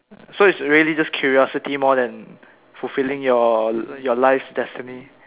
so it's really just curiosity more than fulfilling your your life's destiny